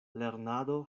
lernado